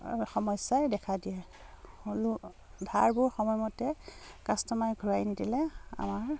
সমস্যাই দেখা দিয়ে ধাৰবোৰ সময়মতে কাষ্টমাৰ ঘূৰাই নিদিলে আমাৰ